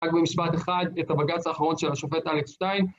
רק במשפט אחד, את הבג"ץ האחרון של השופט אלכס שטיין.